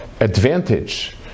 advantage